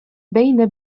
бәйнә